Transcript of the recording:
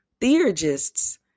theurgists